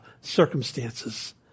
circumstances